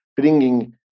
bringing